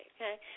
okay